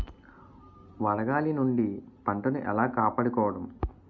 వడగాలి నుండి పంటను ఏలా కాపాడుకోవడం?